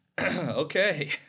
okay